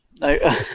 No